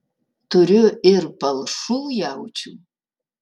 turiu ir palšų jaučių